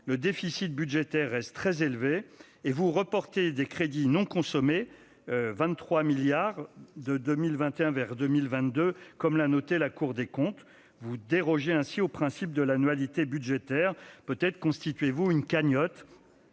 Le déficit budgétaire reste très élevé et vous reportez des crédits non consommés, à hauteur de 23 milliards d'euros, de 2021 vers 2022, ainsi que l'a noté la Cour des comptes. Vous dérogez ainsi au principe de l'annualité budgétaire. Peut-être constituez-vous une cagnotte